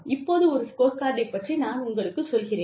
இப்போது ஒரு ஸ்கோர்கார்டைப் பற்றி நான் உங்களுக்குச் சொல்கிறேன்